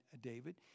David